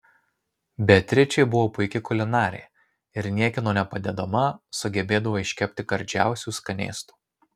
beatričė buvo puiki kulinarė ir niekieno nepadedama sugebėdavo iškepti gardžiausių skanėstų